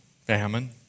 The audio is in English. famine